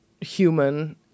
human